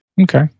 Okay